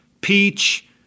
peach